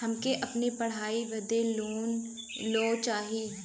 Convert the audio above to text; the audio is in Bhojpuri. हमके अपने पढ़ाई बदे लोन लो चाही?